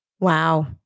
Wow